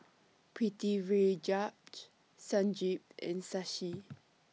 Pritiviraj Sanjeev and Shashi